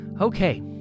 Okay